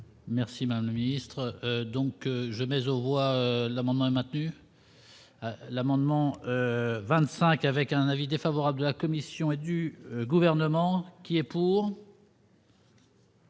Merci madame ministre donc je mais au roi, l'amendement est maintenu, l'amendement 25 avec un avis défavorable de la Commission et du gouvernement qui est pour.